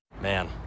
Man